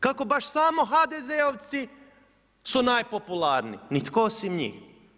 Kako baš samo HDZ-ovci su najpopularniji, nitko osim njih.